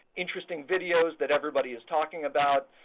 interesting videos that everybody is talking about.